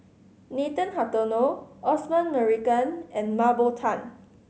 Nathan Hartono Osman Merican and Mah Bow Tan